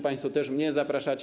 Państwo też mnie zapraszacie.